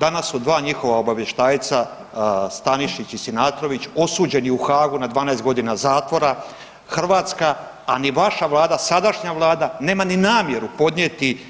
Danas su dva njihova obavještajca Stanišić i Sinatrović osuđeni u Haagu na 12 godina zatvora, Hrvatska a ni vaša Vlada sadašnja Vlada nema ni namjeru podnijeti